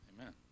Amen